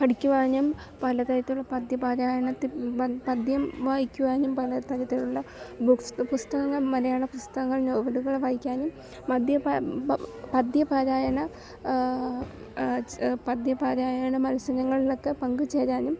പഠിക്കുവാനും പലതരത്തിലുള്ള പദ്യപാരായണത്തിൽ പദ്യം വായിക്കുവാനും പലതരത്തിലുള്ള ബുക്സ് പുസ്തകങ്ങൾ മലയാള പുസ്തകങ്ങൾ നോവലുകൾ വായിക്കാനും പദ്യപാരായണ പദ്യപാരായണ മത്സരങ്ങളൊക്കെ പങ്കുചേരാനും